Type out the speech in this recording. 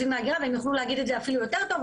וההגירה והם יכלו להגיד את זה אפילו יותר טוב,